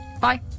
Bye